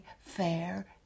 fair